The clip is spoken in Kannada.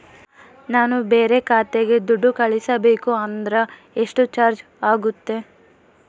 ನಾನು ಬೇರೆ ಖಾತೆಗೆ ದುಡ್ಡು ಕಳಿಸಬೇಕು ಅಂದ್ರ ಎಷ್ಟು ಚಾರ್ಜ್ ಆಗುತ್ತೆ?